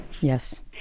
Yes